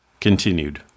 Continued